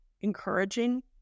encouraging